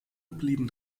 blieben